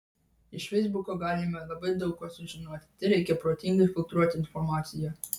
iš feisbuko galima labai daug ko sužinoti tereikia protingai filtruoti informaciją